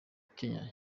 kenya